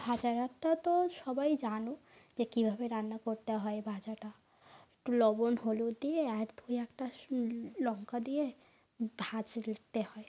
ভাজার আটটা তো সবাই জানো যে কীভাবে রান্না করতে হয় ভাজাটা একটু লবণ হলুদ দিয়ে আর দু একটা শু লঙ্কা দিয়ে ভাজলতে হয়